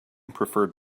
preferred